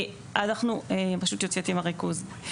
זה פשוט יוציא אותי מהריכוז.